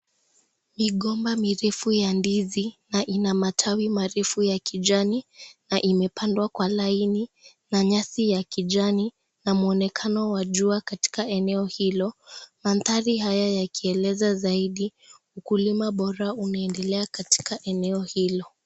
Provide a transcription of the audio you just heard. Migomba mirefu ya ndizi na ina matawi marefu ya kijani na imepandwa kwa laini na nyasi ya kijani na mwonekano wa jua katika eneo hilo. Mandhari haya yakieleza zaidi, ukulima bora unaendelea katika eneo hilo.